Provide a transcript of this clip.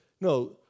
No